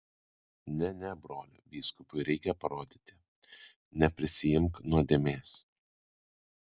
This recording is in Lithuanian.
ne ne broli vyskupui reikia parodyti neprisiimk nuodėmės